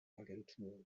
agentur